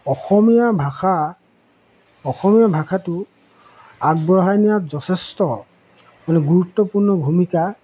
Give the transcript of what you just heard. অসমীয়া ভাষা অসমীয়া ভাষাটো আগবঢ়াই নিয়াত যথেষ্ট মানে গুৰুত্বপূৰ্ণ ভূমিকা